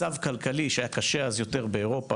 מצב כלכלי שהיה קשה אז יותר באירופה,